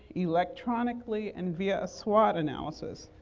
electronically and via a swot analysis,